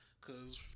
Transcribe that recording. cause